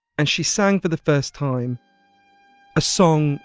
and she sang for the first time a song